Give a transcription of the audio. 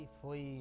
foi